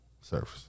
Service